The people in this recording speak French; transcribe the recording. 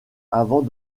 avant